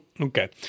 Okay